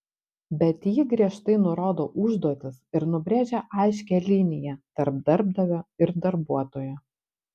bet ji griežtai nurodo užduotis ir nubrėžia aiškią liniją tarp darbdavio ir darbuotojo